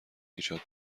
ایجاد